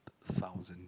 thousand